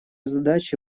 задачи